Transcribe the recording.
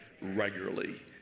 regularly